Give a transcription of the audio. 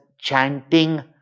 chanting